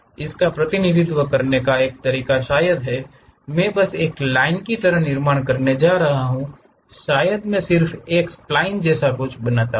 इसका प्रतिनिधित्व करने का एक तरीका शायद है मैं बस एक लाइन की तरह निर्माण करने जा रहा हूं या शायद मैं सिर्फ एक स्पलाइन जैसा कुछ बनाता हूं